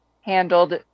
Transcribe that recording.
handled